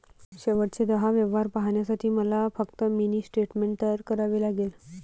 शेवटचे दहा व्यवहार पाहण्यासाठी मला फक्त मिनी स्टेटमेंट तयार करावे लागेल